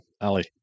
Ali